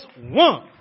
one